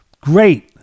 great